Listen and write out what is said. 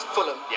Fulham